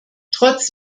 trotz